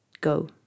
Go